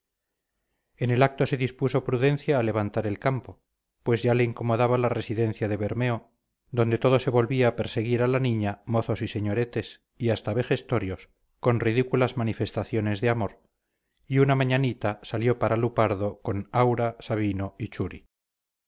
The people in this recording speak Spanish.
en el acto se dispuso prudencia a levantar el campo pues ya le incomodaba la residencia de bermeo donde todo se volvía perseguir a la niña mozos y señoretes y hasta vejestorios con ridículas manifestaciones de amor y una mañanita salió para lupardo con aura sabino y churi